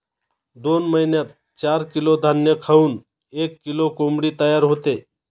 दोन महिन्यात चार किलो धान्य खाऊन एक किलो कोंबडी तयार होते